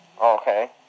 Okay